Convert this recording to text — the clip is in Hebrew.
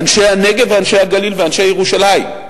אנשי הנגב ואנשי הגליל ואנשי ירושלים,